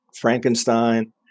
Frankenstein